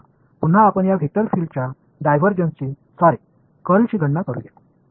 மீண்டும் நாம் இந்த வெக்டர் பீல்டு இன் டைவர்ஜென்ஸ் மன்னிக்கவும் கர்லை கணக்கிடலாம்